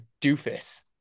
doofus